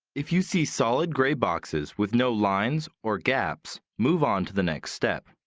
if you see solid gray boxes with no lines or gaps, move on to the next step.